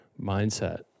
mindset